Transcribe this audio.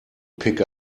pick